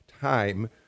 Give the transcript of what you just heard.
time